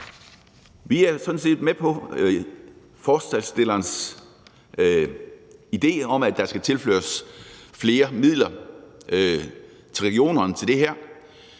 set med på forslagsstillernes idé om, at der skal tilføres flere midler til regionerne i forhold